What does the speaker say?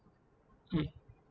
mm